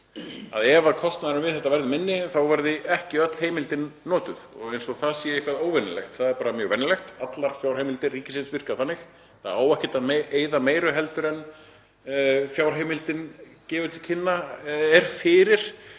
og ef kostnaðurinn við þetta verði minni verði ekki öll heimildin notuð. Eins og það sé eitthvað óvenjulegt. Það er bara mjög venjulegt. Allar fjárheimildir ríkisins virka þannig. Það á ekki að eyða meiru en fjárheimildin er fyrir.